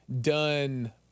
done